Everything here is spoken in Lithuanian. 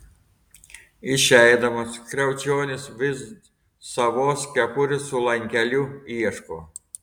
išeidamas kriaučionis vis savos kepurės su lankeliu ieško